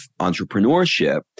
entrepreneurship